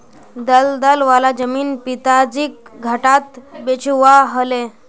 दलदल वाला जमीन पिताजीक घटाट बेचवा ह ले